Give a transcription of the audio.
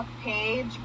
page